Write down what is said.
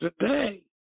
today